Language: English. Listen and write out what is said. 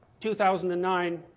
2009